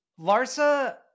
Larsa